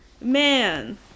man